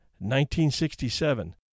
1967